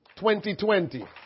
2020